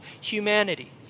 humanity